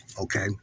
Okay